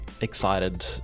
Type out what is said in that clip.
excited